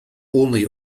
only